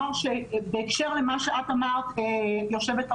בהקשר למה שאת אמרת יושבת-הראש,